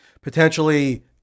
potentially